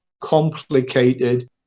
complicated